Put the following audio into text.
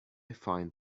find